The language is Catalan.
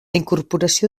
incorporació